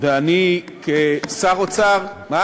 ואני כשר אוצר, יש לכם איזה דיל אולי?